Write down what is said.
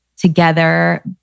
together